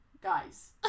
Guys